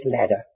ladder